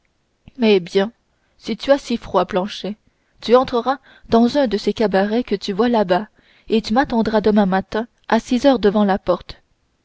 eh bien si tu as froid planchet tu entreras dans un de ces cabarets que tu vois là-bas et tu m'attendras demain matin à six heures devant la porte